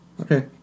Okay